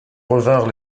revinrent